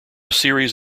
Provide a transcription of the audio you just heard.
series